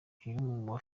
film